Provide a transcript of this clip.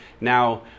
Now